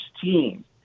team